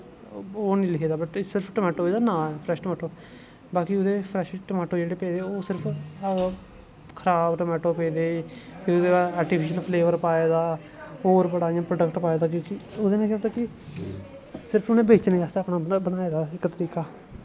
ओह् निं लिखे दा बट टमाटो एह्दा नां ऐ फ्रैश टमाटो बाकी ओह्दे त फ्रैश टमाटो जेह्ड़े पेदे ओह् खराब टमाटो पेदे एह्दै च आर्टीफिशल फ्लेवर पेदा होर बड़ा प्रोडक्ट पाए दा ओह्दै नै केह् होंदा कि सिर्प उ'नें बेचने आस्तै बनाए दा इक फार्मुला